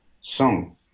song